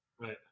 Right